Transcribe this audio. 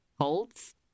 holds